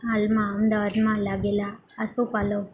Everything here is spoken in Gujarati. હાલમાં અમદાવાદમાં લાગેલા આસોપાલવ